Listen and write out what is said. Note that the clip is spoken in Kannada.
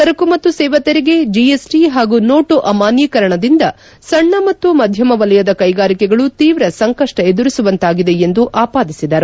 ಸರಕು ಮತ್ತು ಸೇವಾ ತೆರಿಗೆ ಜಿಎಸ್ಟಿ ಹಾಗೂ ನೋಟು ಅಮಾನ್ಶೀಕರಣದಿಂದ ಸಣ್ಣ ಮತ್ತು ಮಧ್ಯಮ ವಲಯದ ಕೈಗಾರಿಕೆಗಳು ತೀವ್ರ ಸಂಕಷ್ಟ ಎದುರಿಸುವಂತಾಗಿದೆ ಎಂದು ಆಪಾದಿಸಿದರು